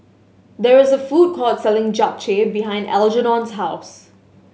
there is a food court selling Japchae behind Algernon's house